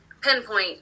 pinpoint